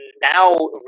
now